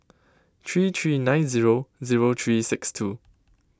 three three nine zero zero three six two